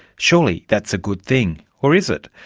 surely that's a good thing. or is it?